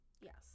yes